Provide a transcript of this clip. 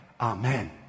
Amen